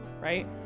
right